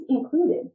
included